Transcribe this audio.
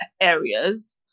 areas